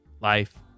life